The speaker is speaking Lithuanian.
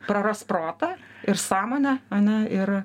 praras protą ir sąmonę ane ir